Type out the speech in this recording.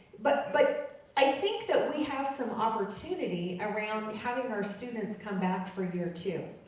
but but i think that we have some opportunity around having our students come back for year two.